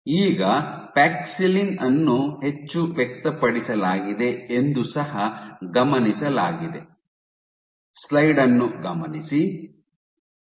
ಈಗ ಪ್ಯಾಕ್ಸಿಲಿನ್ ಅನ್ನು ಹೆಚ್ಚು ವ್ಯಕ್ತಪಡಿಸಲಾಗಿದೆ ಎಂದು ಸಹ ಗಮನಿಸಲಾಗಿದೆ